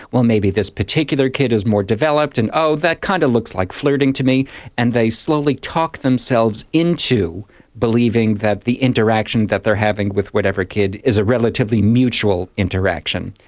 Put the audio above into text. well maybe this particular kid is more developed, and oh, that kind of looks like flirting to me and they slowly talk themselves into believing that the interaction that they're having with whatever kid is a relatively mutual interaction.